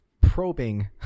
probing